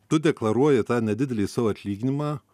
tu deklaruoji tą nedidelį savo atlyginimą